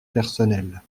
personnelle